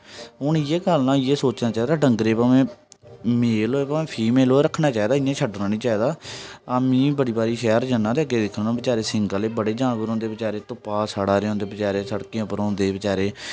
हून इ'यै गल्ल ना इ'यै सोचना डंगरे भामें मेल होऐ भामें फीमेल होऐ रखना चाहिदा इ'यां छड्डना निं चाहिदा आं में बी बड़ी बारी शैह्र जन्ना ते अग्गें दिक्खना बचारे सिंग आह्ले बड़े जानवर होंदे बचारे धुप्पा सड़ा दे होंदे बचारे सड़के उप्पर होंदे बचारे